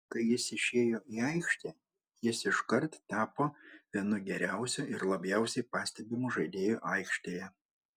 kai jis išėjo į aikštę jis iškart tapo vienu geriausiu ir labiausiai pastebimu žaidėju aikštėje